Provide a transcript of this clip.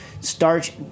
starch –